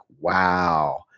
wow